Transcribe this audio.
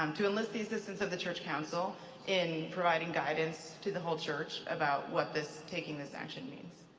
um to enlist the assistance of the church council in providing guidance to the whole church about what this, taking this action means.